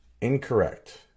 incorrect